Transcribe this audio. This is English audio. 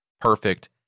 perfect